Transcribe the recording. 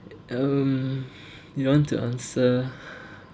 um you want to answer